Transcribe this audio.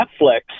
Netflix